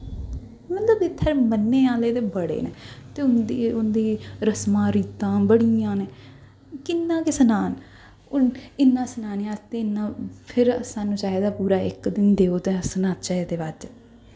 मतलब इत्थै मनन्ने आह्ले ते बड़े न ते उं'दी रस्मां रीतां बड़ियां न किन्ना गै सनांऽ इन्ना सनाने आस्तै फिर सानूं इक दिन देओ ते अस सनाचे एह्दे बाद